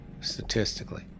statistically